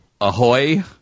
ahoy